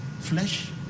flesh